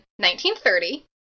1930